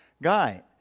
guy